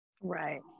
right